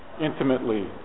intimately